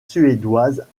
suédoises